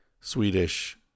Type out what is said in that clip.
Swedish